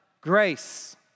grace